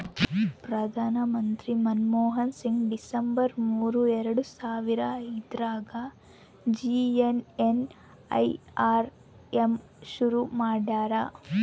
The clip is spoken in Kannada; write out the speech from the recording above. ಪ್ರಧಾನ ಮಂತ್ರಿ ಮನ್ಮೋಹನ್ ಸಿಂಗ್ ಡಿಸೆಂಬರ್ ಮೂರು ಎರಡು ಸಾವರ ಐದ್ರಗಾ ಜೆ.ಎನ್.ಎನ್.ಯು.ಆರ್.ಎಮ್ ಶುರು ಮಾಡ್ಯರ